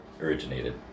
originated